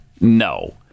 No